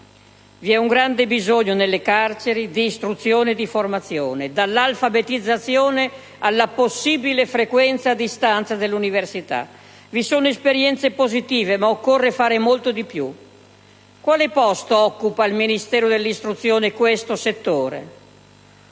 un grande bisogno di istruzione e di formazione: dall'alfabetizzazione alla possibile frequenza a distanza dell'università. Vi sono esperienze positive, ma occorre fare molto di più. Quale posto occupa il Ministero dell'istruzione in questo settore?